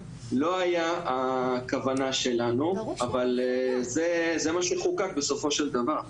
לא היה הכוונה שלנו אבל זה מה שחוקק בסופו של דבר.